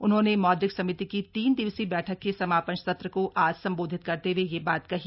उन्होंने मौद्रिक समिति की तीन दिवसीय बैठक के समापन सत्र को आज संबोधित करते हुए यह बात कही